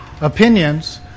opinions